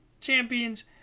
Champions